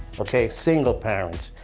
okay, single parents,